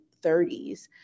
30s